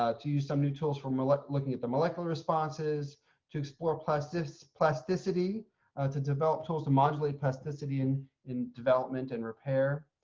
um to use some new tools from we're like looking at the molecular responses to explore plasticity plasticity to develop tools to modulate plasticity in in development and repair,